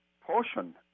portion